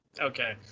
Okay